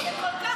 זה כל כך מכוער,